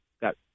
got